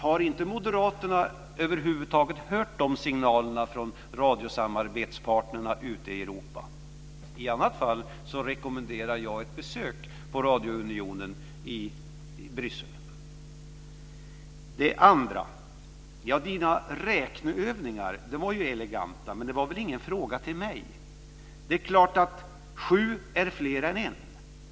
Har Moderaterna över huvud taget inte hört de signalerna från radiosamarbetspartner ute i Europa? I annat fall rekommenderar jag ett besök på Radiounionen i Inger Renés räkneövningar var eleganta, men det var väl ingen fråga till mig. Det är klart att sju är fler än en.